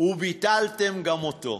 וביטלתם גם אותו.